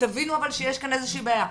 תבינו שיש כאן איזושהי בעיה.